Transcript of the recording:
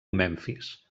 memfis